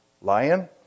Lion